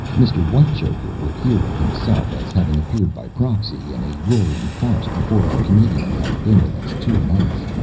mr. whitechoker would hear of himself as having appeared by proxy in a roaring farce before our comedian had been with us two months.